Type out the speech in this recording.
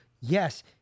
Yes